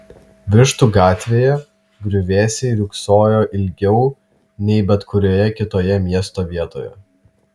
vištų gatvėje griuvėsiai riogsojo ilgiau nei bet kurioje kitoje miesto vietoje